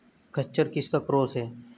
खच्चर किसका क्रास है?